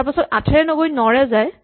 তাৰপাছত ৮ এৰে নগৈ ৯ ৰে যায়